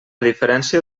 diferència